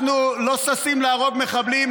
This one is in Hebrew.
אנחנו לא ששים להרוג מחבלים,